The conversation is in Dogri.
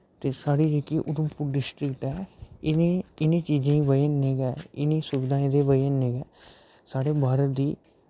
ते साढ़ी जेह्की उधमपुर डिस्ट्रिक ऐ इ'नें चीजें बजह् नै गै इ'नें सुविधाएं दी बजह् नै गै साढ़े भारत दी